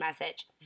message